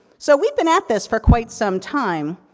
so, we've been at this for quite some time.